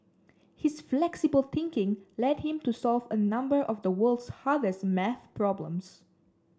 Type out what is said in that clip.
his flexible thinking led him to solve a number of the world's hardest maths problems